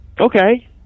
Okay